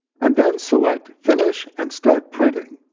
and then select finish and start printing!